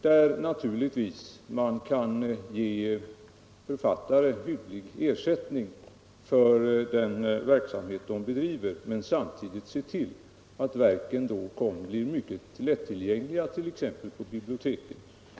Där kan man naturligtvis ge författare hygglig ersättning för den verksamhet de bedriver och då samtidigt se till att verken blir mycket lättillgängliga, t.ex. för biblioteken.